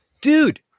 Dude